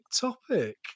topic